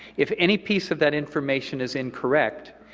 if any piece of that information is incorrect,